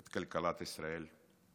את כלכלת ישראל.